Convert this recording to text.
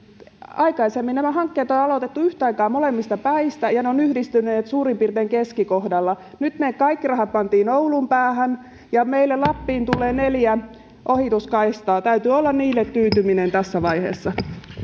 aikaisemmin nämä hankkeet on aloitettu yhtä aikaa molemmista päistä ja ne ovat yhdistyneet suurin piirtein keskikohdalla nyt ne kaikki rahat pantiin oulun päähän ja meille lappiin tulee neljä ohituskaistaa täytyy olla niihin tyytyminen tässä vaiheessa